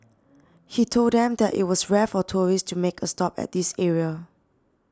he told them that it was rare for tourists to make a stop at this area